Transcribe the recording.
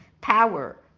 power